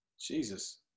Jesus